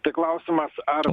tai klausimas ar